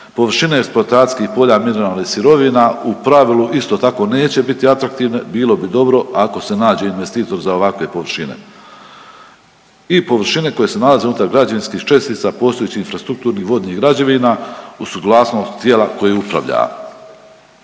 Površine eksploatacijskih polja mineralnih sirovina u pravilu isto tako neće biti atraktivne, bilo bi dobro ako se nađe investitor za ovakve površine i površine koje se nalaze unutar građevinskih čestica postojećih infrastrukturnih vodnih građevina uz suglasnost tijela koje upravlja.